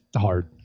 hard